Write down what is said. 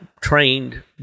trained